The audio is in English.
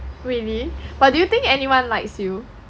really but do you think anyone likes you